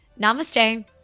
namaste